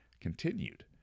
continued